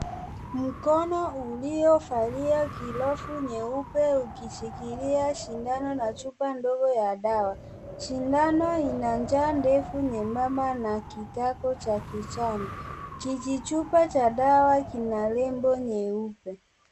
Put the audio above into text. Mkono uliovalia glovu nyeupe ukishikilia shindano na chupa ndogo ya dawa, shindano ina njaa ndefu nyembamba na kikapu cha kijani, kijichupa cha dawa kina nembo nyeupe.